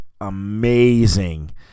amazing